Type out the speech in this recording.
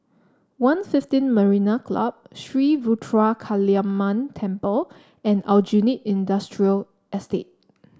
One fifteen Marina Club Sri Ruthra Kaliamman Temple and Aljunied Industrial Estate